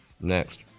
Next